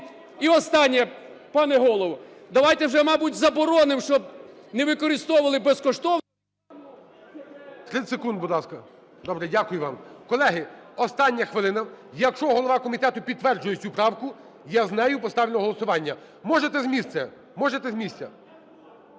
І останнє. Пане Голово, давайте вже, мабуть, заборонимо, щоб не використовували безкоштовно… ГОЛОВУЮЧИЙ. 30 секунд, будь ласка. Добре. Дякую вам. Колеги, остання хвилина. Якщо голова комітету підтверджує цю правку, я з нею поставлю на голосування. Можете з місця. Можете з місця.